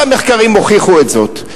כל המחקרים הוכיחו את זה.